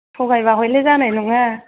थगायब्ला हयले जानाय नङा